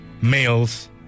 males